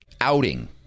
outing